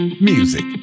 music